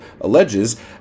alleges